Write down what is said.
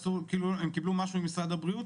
הם קיבלו משהו ממשרד הבריאות?